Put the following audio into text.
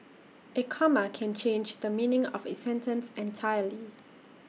A comma can change the meaning of A sentence entirely